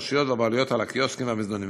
הרשויות והבעלויות על הקיוסקים והמזנונים.